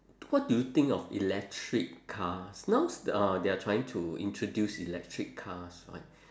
what do you think of electric cars now uh they are trying to introduce electric cars right